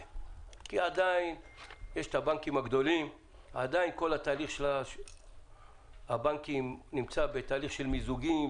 כי עדיין יש את הבנקים הגדולים ויש בנקים שנמצאים בתהליך של מיזוגים.